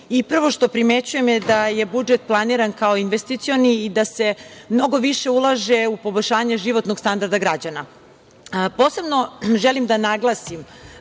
i prvo što primećujem je da je budžet planiran kao investicioni i da se mnogo više ulaže u poboljšanje životnog standarda građana. Posebno želim da naglasim